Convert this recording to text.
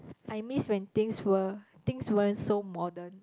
I miss when things were things weren't so modern